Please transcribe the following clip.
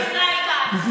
ביני ובין ישראל כץ.